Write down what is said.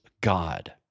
God